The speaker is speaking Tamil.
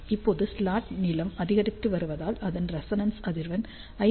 இப்போது ஸ்லாட் நீளம் அதிகரித்து வருவதால் அதன் ரெசொனென்ஸ் அதிர்வெண் 5